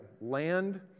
Land